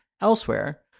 Elsewhere